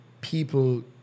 people